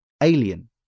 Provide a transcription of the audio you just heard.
alien